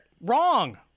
Wrong